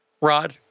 Rod